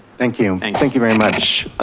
thank you. thank thank you very much.